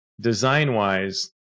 design-wise